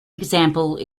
example